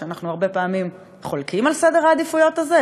ואנחנו הרבה פעמים חולקים על סדר העדיפויות הזה,